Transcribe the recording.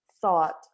thought